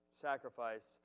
sacrifice